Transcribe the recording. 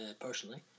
personally